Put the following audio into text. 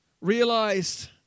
realized